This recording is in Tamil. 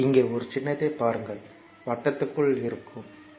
இங்கே ஒரு சின்னத்தைப் பாருங்கள் வட்டத்துக்குள் இருக்கும் டி